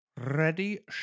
Ready